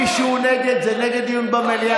מי שהוא נגד, זה נגד דיון במליאה.